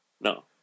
no